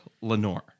Lenore